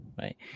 right